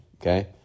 okay